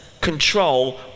control